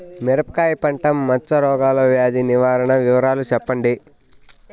మిరపకాయ పంట మచ్చ రోగాల వ్యాధి నివారణ వివరాలు చెప్పండి?